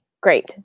Great